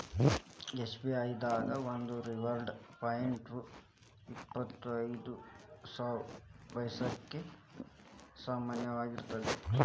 SBI ದಾಗ ಒಂದು reward point ರೊ ಇಪ್ಪತ್ ಐದ ಪೈಸಾಕ್ಕ ಸಮನಾಗಿರ್ತದ